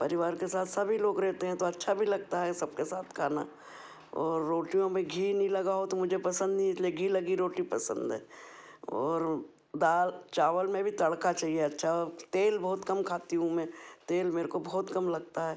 परिवार के साथ सभी लोग रहते हैं तो अच्छा भी लगता है सबके साथ खाना और रोटियों में घी नहीं लगा हो तो मुझे पसंद नहीं इसलिए घी लगी रोटी पसंद है और दाल चावल में भी तड़का चाहिए अच्छा तेल बहुत कम खाती हूँ मैं तेल मेरे को बहुत कम लगता है